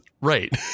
right